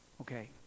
Okay